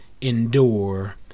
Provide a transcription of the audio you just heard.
endure